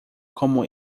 como